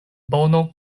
bono